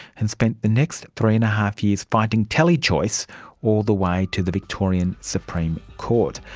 and spent the next three and a half years fighting telechoice all the way to the victorian supreme court.